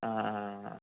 ആ ആ ആ